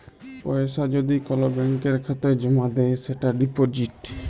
পয়সা যদি কল ব্যাংকের খাতায় জ্যমা দেয় সেটা ডিপজিট